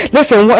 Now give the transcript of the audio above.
Listen